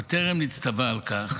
בטרם נצטווה על כך,